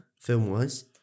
film-wise